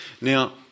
Now